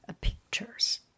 pictures